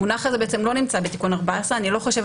המונח הזה לא נמצא בתיקון 14. אני לא חושבת